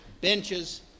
benches